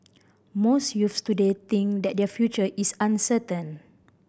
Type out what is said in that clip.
most youths today think that their future is uncertain